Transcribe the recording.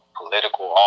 political